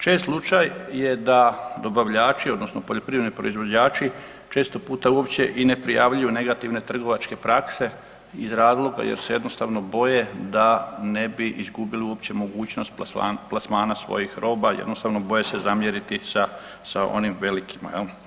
Čest slučaj je da dobavljači odnosno poljoprivredni proizvođači često puta uopće ni ne prijavljuju negativne trgovačke prakse iz razloga jer se jednostavno boje da ne bi izgubili uopće mogućnost plasmana svojih roba jednostavno boje se zamjeriti sa, sa onim velikima jel.